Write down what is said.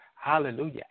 hallelujah